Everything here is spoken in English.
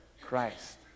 christ